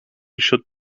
should